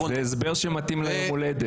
זה הסבר שמתאים ליום הולדת.